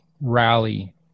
rally